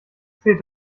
zieht